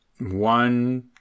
one